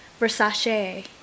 Versace